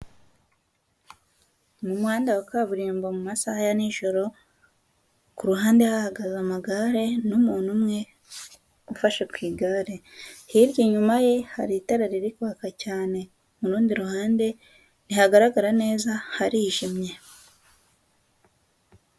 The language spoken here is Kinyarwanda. Mu muhanda wa kaburimbo mu masaha ya nijoro, ku ruhande hahagaze amagare n'umuntu umwe, ufashe ku igare, hirya inyuma ye, hari itara riri kwaka cyane, mu rundi ruhande, ntihagaragara neza, harijimye.